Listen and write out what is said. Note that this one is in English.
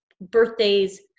birthdays